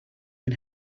can